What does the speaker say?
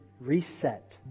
reset